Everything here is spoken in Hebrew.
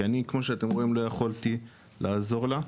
כי אני, כמו שאתם רואים, לא יכולתי לעזור לה.